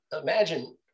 imagine